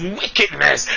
wickedness